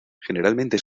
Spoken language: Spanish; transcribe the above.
generalmente